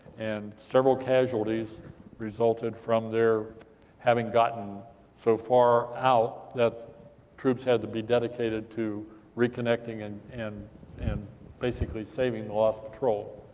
and several casualties resulted from their having gotten so far out, that troops had to be dedicated to reconnecting, and and and basically saving the lost patrol.